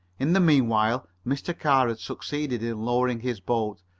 in the meanwhile mr. carr had succeeded in lowering his boat,